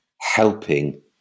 helping